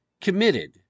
committed